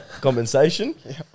compensation